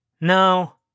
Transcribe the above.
No